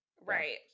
Right